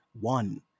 one